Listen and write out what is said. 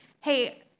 Hey